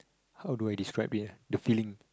how do I describe it eh the feeling